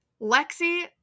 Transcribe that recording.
Lexi